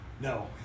No